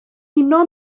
uno